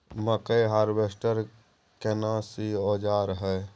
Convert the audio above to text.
मकई हारवेस्टर केना सी औजार हय?